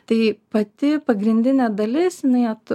tai pati pagrindinė dalis net